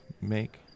make